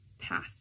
path